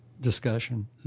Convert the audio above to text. discussion